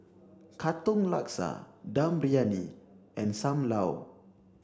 Katong Laksa Dum Briyani and Sam Lau